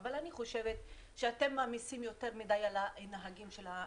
אבל אני חושבת שאתם מעמיסים יותר מדי על הנהגים של המשאיות.